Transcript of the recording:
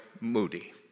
Moody